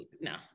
No